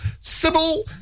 Sybil